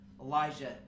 Elijah